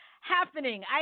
happening